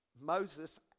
Moses